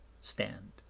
stand